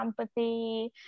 empathy